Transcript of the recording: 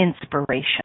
inspiration